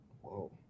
Whoa